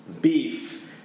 beef